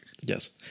Yes